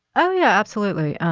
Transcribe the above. oh, yeah, absolutely.